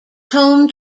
home